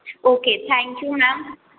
okay thank you ma'am